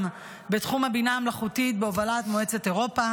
בתחום הבינה המלאכותית בהובלת מועצת אירופה.